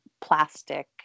plastic